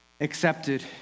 accepted